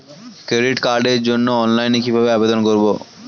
Credit কার্ডের জন্য অনলাইনে কিভাবে আবেদন করব?